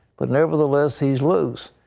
but, nevertheless, he is loose.